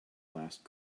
last